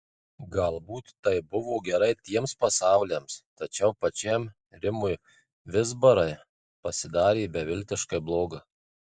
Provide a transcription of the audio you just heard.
galbūt tai buvo gerai tiems pasauliams tačiau pačiam rimui vizbarai pasidarė beviltiškai bloga